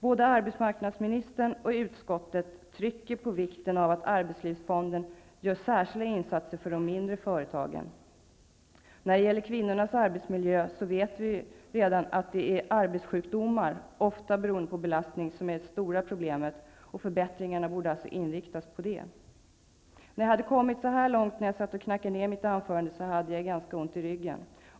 Både arbetsmarknadsministern och utskottet trycker på vikten av att arbetslivsfonden gör särskilda insatser för de mindre företagen. När det gäller kvinnornas arbetsmiljö vet vi redan att de är arbetssjukdomar, ofta beroende på belastning, som är det stora problemet. Förbättringarna borde därför inriktas på det. När jag hade kommit så här långt när jag satt och knackade ner mitt anförande hade jag ganska ont i ryggen.